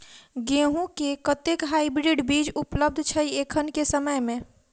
गेंहूँ केँ कतेक हाइब्रिड बीज उपलब्ध छै एखन केँ समय मे?